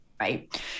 Right